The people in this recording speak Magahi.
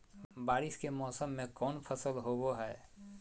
बारिस के मौसम में कौन फसल होबो हाय?